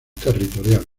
territorial